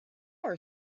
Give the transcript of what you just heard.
are